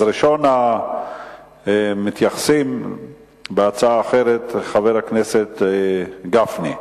ראשון המתייחסים בהצעה אחרת, חבר הכנסת גפני.